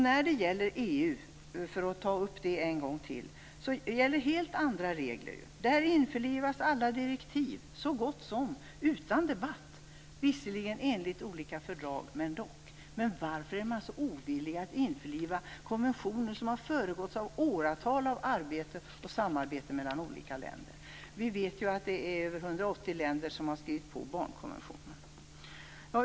När det gäller EU - för att ta upp det en gång till - gäller helt andra regler. Där införlivas så gott som alla direktiv utan debatt. Det görs visserligen enligt olika fördrag, men ändock. Varför är man så ovillig att införliva konventioner som har föregåtts av åratal av arbete och samarbete mellan olika länder? Vi vet ju att över 180 länder har skrivit på barnkonventionen.